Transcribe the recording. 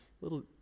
little